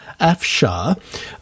Afshar